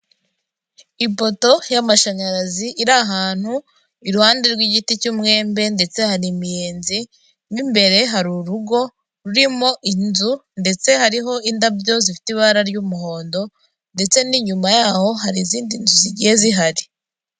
Ipoto y'amashanyarazi iri ahantu iruhande rw'igiti cy'umwembe, ndetse hari imiyenzi, mo imbere hari urugo rurimo inzu, ndetse hariho indabyo zifite ibara ry'umuhondo, ndetse n'inyuma yaho hari izindi nzu zigiye zihari.